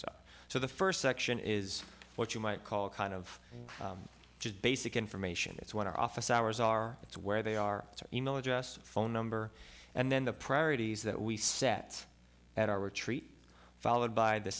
are so the first section is what you might call kind of just basic information that's what our office hours are it's where they are it's email address phone number and then the priorities that we set at our retreat followed by the